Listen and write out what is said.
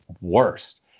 worst